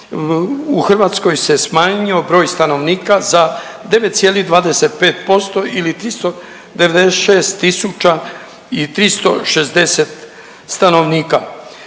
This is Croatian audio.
u Hrvatskoj se smanjio broj stanovnika za 9,25% ili 396 360 stanovnika.